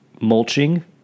mulching